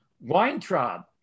Weintraub